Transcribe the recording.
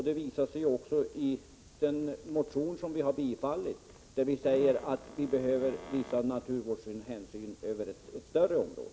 Det uttalar vi också i anslutning till att vi tillstyrker den motion som väckts i frågan.